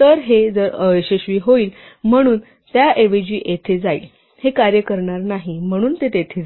तर हे जर अयशस्वी होईल म्हणून ते त्याऐवजी येथे जाईल हे कार्य करणार नाही म्हणून ते येथे जाईल